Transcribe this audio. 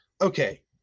okay